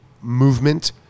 movement